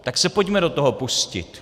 Tak se pojďme do toho pustit.